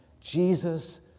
Jesus